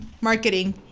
marketing